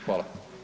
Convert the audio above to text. Hvala.